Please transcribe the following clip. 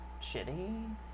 shitty